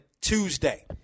Tuesday